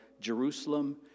Jerusalem